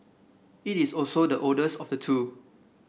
it is also the oldest of the two